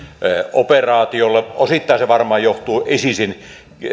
operaatiolle osittain se varmaan johtuu isisin